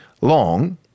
long